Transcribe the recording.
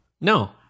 No